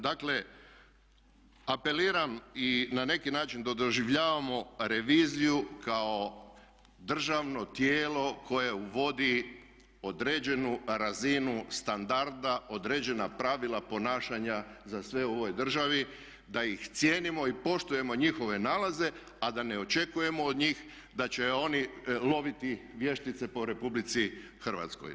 Dakle, apeliram i na neki način doživljavamo reviziju kao državno tijelo koje uvodi određenu razinu standarda, određena pravila ponašanja za sve u ovoj državi, da ih cijenimo i poštujemo njihove nalaze, a da ne očekujemo od njih da će oni loviti vještice po Republici Hrvatskoj.